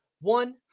one